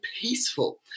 peaceful